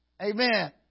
Amen